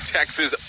Texas